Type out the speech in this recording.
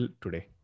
today